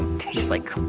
taste like